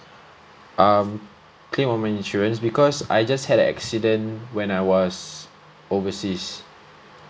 um claim on my insurance because I just had a accident when I was overseas